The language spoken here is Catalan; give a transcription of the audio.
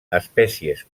espècies